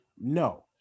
No